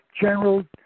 general